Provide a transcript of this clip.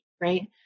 Right